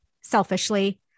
selfishly